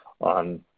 on